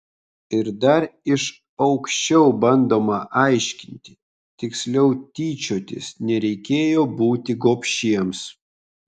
ir dar iš aukščiau bandoma aiškinti tiksliau tyčiotis nereikėjo būti gobšiems